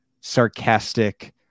sarcastic